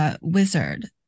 Wizard